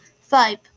five